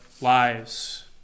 lives